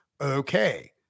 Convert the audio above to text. okay